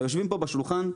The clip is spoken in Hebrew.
היושבים פה בשולחן,